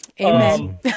Amen